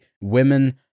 Women